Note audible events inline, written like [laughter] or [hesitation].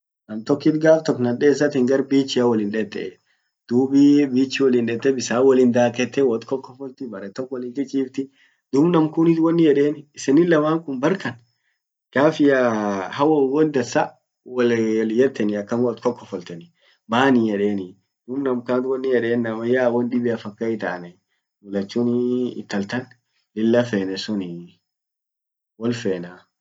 nam tokkit gaf tok naden issatin gar beach iya wollin dete. Dub [hesitation] beach wollin dete bisan wollin dakete, wot kokofolte, bare tok wollin chichifti, dub nam kunnit wonin yeden isenin laman kun barkan gaffia [hesitation] hawon dansa, [unintelligible] akama wot kokofolteni, maani edeni? dub nam kant wonnin yeden namanyaa won dibiaf akan hiitane lachun [hesitation] intal tan lilla fene suni wolfenee.